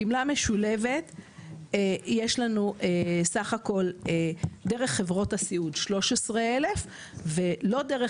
גמלה משולבת יש לנו סך הכול דרך חברות הסיעוד 13,000 ולא דרך